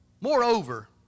Moreover